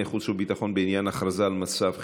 חוץ וביטחון בעניין הכרזה על מצב חירום.